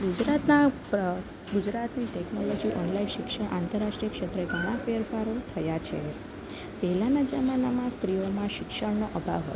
ગુજરાતનાં ગુજરાતની technology online શિક્ષણ આંતરરાષ્ટ્રીય ક્ષેત્રે ઘણા ફેરફારો થયાં છે પહેલાંના જમાનામાં સ્ત્રીઓમાં શિક્ષણનો અભાવ હતો